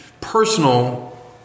personal